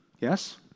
Yes